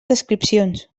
descripcions